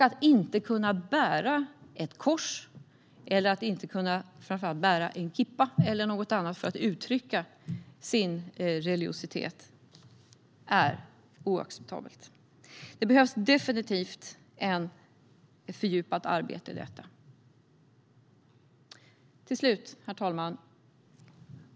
Att inte kunna bära ett kors, en kippa eller något annat för att uttrycka sin religiositet är oacceptabelt. Det behövs definitivt ett fördjupat arbete kring detta. Herr talman!